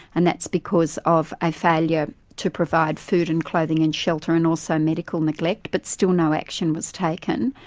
and that's because of a failure to provide food and clothing and shelter and also medical neglect, but still no action was taken.